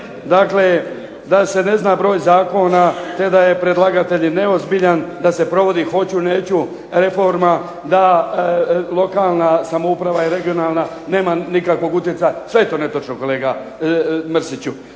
Dakle da se ne zna broj zakona te da je predlagatelj neozbiljan, da se provodi hoću-neću reforma, da lokalna samouprava i regionalna nema nikakvog utjecaja. Sve je to netočno, kolega Mrsiću.